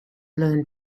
blown